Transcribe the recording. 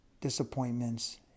disappointments